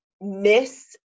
miss